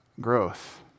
growth